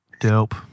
Dope